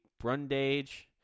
Brundage